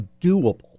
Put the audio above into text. doable